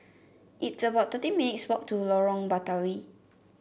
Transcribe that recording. it's about thirteen minutes walk to Lorong Batawi